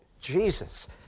Jesus